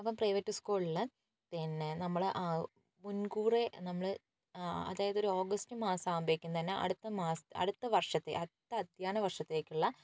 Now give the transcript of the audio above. അപ്പം പ്രൈവറ്റ് സ്ക്കൂളിൽ പിന്നെ നമ്മൾ മുൻകൂറെ നമ്മൾ അതായതൊരു ഓഗസ്റ്റ് മാസാവുമ്പോഴേക്കും തന്നെ അടുത്ത അടുത്ത വർഷത്തെ അടുത്ത അദ്ധ്യയയന വർഷത്തേക്കുള്ള